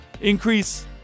increase